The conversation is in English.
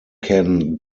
can